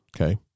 Okay